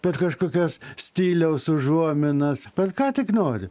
per kažkokias stiliaus užuominas per ką tik nori